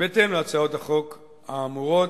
בהתאם להצעות החוק האמורות.